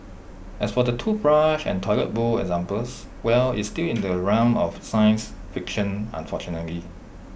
as for the toothbrush and toilet bowl examples well it's still in the realm of science fiction unfortunately